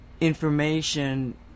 information